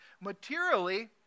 materially